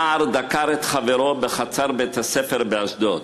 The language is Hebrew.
נער דקר את חברו בחצר בית-ספר באשדוד,